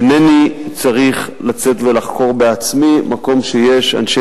אינני צריך לצאת ולחקור בעצמי מקום שיש אנשי